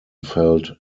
felt